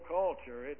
culture